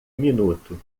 minuto